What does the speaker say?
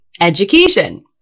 education